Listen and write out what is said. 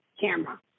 camera